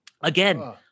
Again